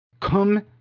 Come